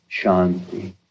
Shanti